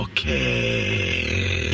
Okay